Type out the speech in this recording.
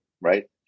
right